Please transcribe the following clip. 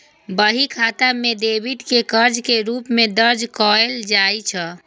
बही खाता मे डेबिट कें कर्ज के रूप मे दर्ज कैल जाइ छै